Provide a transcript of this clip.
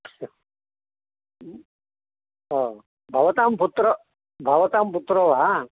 तस्य भवतां पुत्र भवतां पुत्रो वा